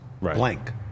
blank